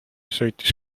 sõitis